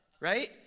Right